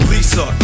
Lisa